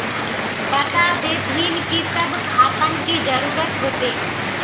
बता देतहिन की सब खापान की जरूरत होते?